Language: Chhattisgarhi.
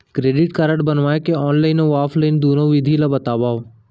क्रेडिट कारड बनवाए के ऑनलाइन अऊ ऑफलाइन दुनो विधि ला बतावव?